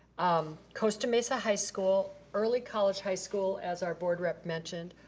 um costa-mesa high school, early college high school, as our board rep mentioned,